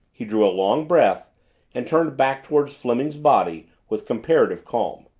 he drew a long breath and turned back toward fleming's body with comparative calm.